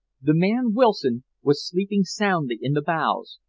the man wilson was sleeping soundly in the bows,